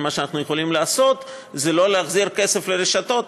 כל מה שאנחנו יכולים לעשות זה לא להחזיר כסף לרשתות,